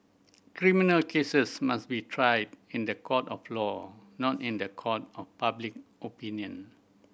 criminal cases must be tried in the court of law not in the court of public opinion